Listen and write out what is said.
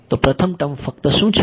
તો પ્રથમ ટર્મ ફક્ત શું છે